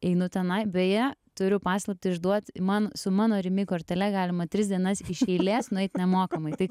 einu tenai beje turiu paslaptį išduot man su mano rimi kortele galima tris dienas iš eilės nueit nemokamai tai